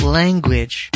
language